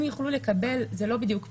הם יוכלו לקבל, לא בדיוק פטור,